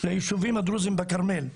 לישובים הדרוזים בכרמל.